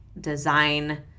design